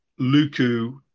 Luku